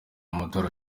amatora